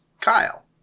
Kyle